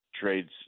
trades